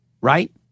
Right